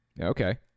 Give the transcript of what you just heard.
Okay